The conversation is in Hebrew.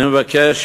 אני מבקש